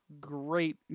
great